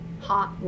hot